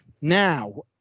now